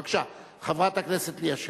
בבקשה, חברת הכנסת ליה שמטוב.